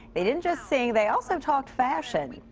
they didn't just sing. they also talked fashion.